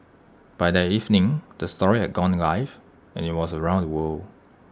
by that evening the story had gone live and IT was around the world